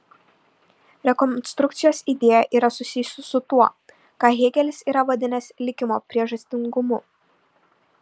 rekonstrukcijos idėja yra susijusi su tuo ką hėgelis yra vadinęs likimo priežastingumu